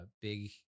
big